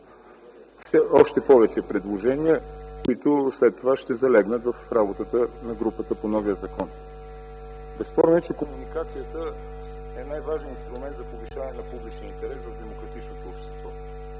още повече предложения, които след това ще залегнат в работата на групата по новия закон. Безспорно е, че комуникацията е най-важният инструмент за повишаване на публичния интерес в демократичното общество.